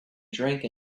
drink